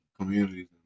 communities